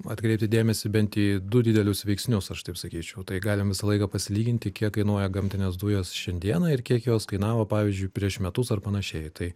atkreipti dėmesį bent į du didelius veiksnius aš taip sakyčiau tai galim visą laiką pasilyginti kiek kainuoja gamtinės dujos šiandieną ir kiek jos kainavo pavyzdžiui prieš metus ar panašiai tai